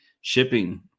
shipping